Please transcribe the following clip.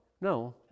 no